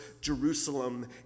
Jerusalem